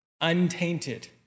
untainted